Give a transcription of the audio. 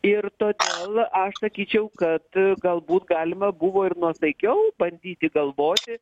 ir todėl aš sakyčiau kad galbūt galima buvo ir nuosaikiau bandyti galvoti